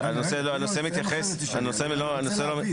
הנושא לא מתייחס כרגע.